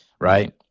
right